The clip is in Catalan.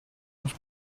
ens